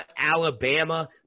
Alabama